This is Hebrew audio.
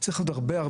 צריך לעבור עוד הרבה,